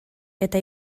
eta